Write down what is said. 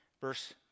Verse